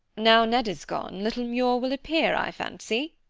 now ned is gone, little muir will appear, i fancy,